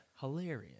hilarious